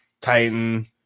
Titan